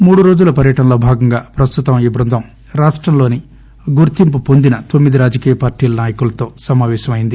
మూడు రోజుల పర్యటనలో భాగంగా ప్రస్తుతం ఈ బృందం రాష్టంలోని గుర్తింపు పొందిన తొమ్మిది రాజకీయ పార్టీల నాయకులతో సమాపేశం అయ్యింది